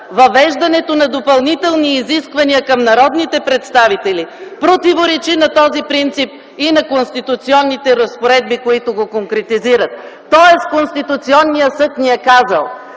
Въвеждането на допълнителни изисквания към народните представители противоречи на този принцип и на конституционните разпоредби, които го конкретизират, тоест Конституционният съд ни е казал,